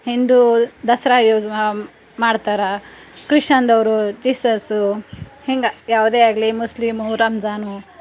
ಹಿಂದೂ ದಸರಾ ಮಾಡ್ತಾರೆ ಕ್ರಿಶ್ಚನ್ದವರು ಜೀಸಸ್ಸು ಹಿಂಗ ಯಾವುದೇ ಆಗಲಿ ಮುಸ್ಲೀಮು ರಮ್ಜಾನು